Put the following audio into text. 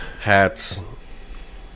hats